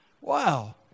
Wow